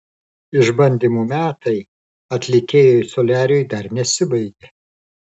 išbandymų metai atlikėjui soliariui dar nesibaigė